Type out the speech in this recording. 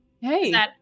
hey